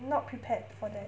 not prepared for that